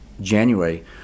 January